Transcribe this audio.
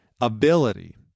ability